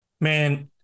Man